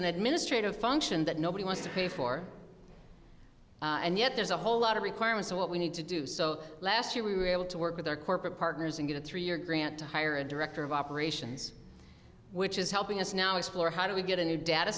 an administrative function that nobody wants to pay for and yet there's a whole lot of requirements of what we need to do so last year we were able to work with our corporate partners and get a three year grant to hire a director of operations which is helping us now explore how do we get a new data